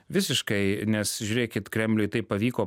visiškai nes žiūrėkit kremliui tai pavyko